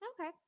Okay